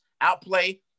outplay